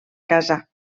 casa